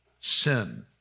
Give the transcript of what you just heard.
sin